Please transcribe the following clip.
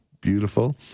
Beautiful